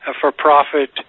for-profit